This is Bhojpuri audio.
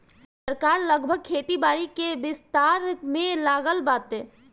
सरकार लगातार खेती बारी के विस्तार में लागल बाटे